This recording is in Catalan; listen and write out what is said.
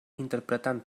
interpretant